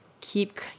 keep